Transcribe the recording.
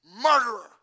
murderer